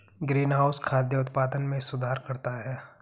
greenhouse खाद्य उत्पादन में सुधार करता है